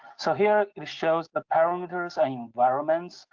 so here it shows the parameters and environments.